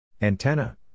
Antenna